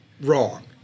wrong